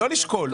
לא לשקול.